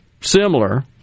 similar